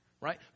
right